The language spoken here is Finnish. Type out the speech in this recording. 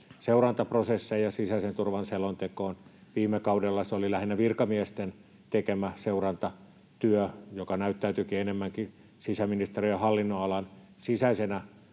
seurantaprosesseja sisäisen turvan selontekoon. Viime kaudella se oli lähinnä virkamiesten tekemä seurantatyö, joka näyttäytyykin enemmänkin sisäministeriön hallinnonalan sisäisenä